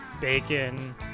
bacon